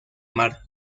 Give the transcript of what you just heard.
mar